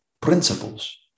principles